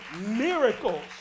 miracles